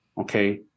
okay